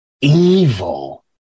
evil